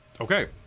Okay